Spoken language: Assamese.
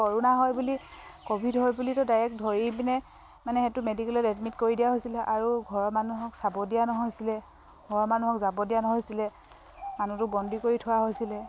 কৰ'না হয় বুলি ক'ভিড হয় বুলিতো ডাইৰেক্ট ধৰি পিনে মানে সেইটো মেডিকেলত এডমিট কৰি দিয়া হৈছিলে আৰু ঘৰৰ মানুহক চাব দিয়া নহৈছিলে ঘৰৰ মানুহক যাব দিয়া নহৈছিলে মানুহটো বন্দী কৰি থোৱা হৈছিলে